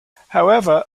however